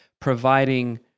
providing